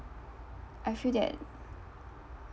I feel that